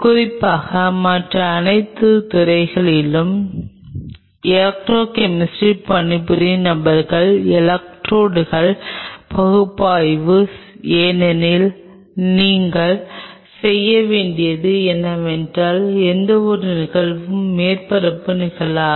குறிப்பாக மற்ற அனைத்து துறைகளிலும் எலெக்ட்ரோகெமிஸ்ட்ரி பணிபுரியும் நபர்கள் எலெக்ட்ரோட்ஸ் பகுப்பாய்வு ஏனெனில் நீங்கள் செய்ய வேண்டியது என்னவென்றால் எந்தவொரு நிகழ்வுகளும் மேற்பரப்பு நிகழ்வாகும்